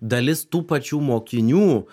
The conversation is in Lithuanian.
dalis tų pačių mokinių